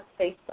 facebook